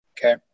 okay